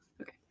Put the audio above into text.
Okay